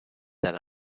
that